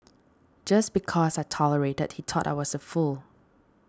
just because I tolerated he thought I was a fool